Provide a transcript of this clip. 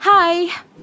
Hi